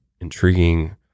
intriguing